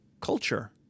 culture